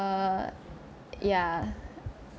err ya